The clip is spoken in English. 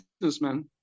businessman